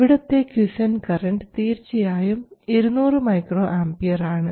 ഇവിടത്തെ quiescent current തീർച്ചയായും 200µA ആണ്